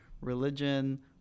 religion